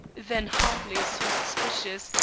then hartley is so suspicious,